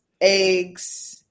eggs